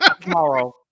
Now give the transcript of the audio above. Tomorrow